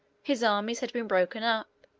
his armies had been broken up,